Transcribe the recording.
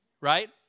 right